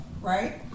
right